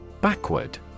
Backward